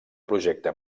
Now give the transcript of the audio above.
projecte